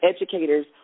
educators